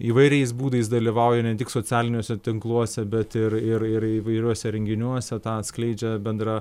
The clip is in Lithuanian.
įvairiais būdais dalyvauja ne tik socialiniuose tinkluose bet ir ir ir įvairiuose renginiuose tą atskleidžia bendra